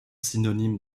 synonyme